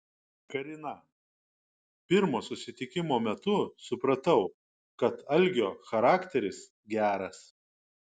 karina pirmo susitikimo metu supratau kad algio charakteris geras